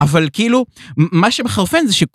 אבל כאילו, מה שמחרפן זה ש...